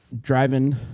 Driving